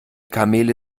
kamele